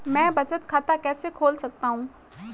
मैं बचत खाता कैसे खोल सकता हूँ?